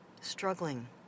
struggling